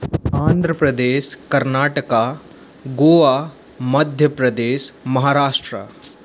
Andhra Pradesh Karnataka Goa Madhya Pradesh Maharashtra